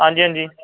आं जी आं जी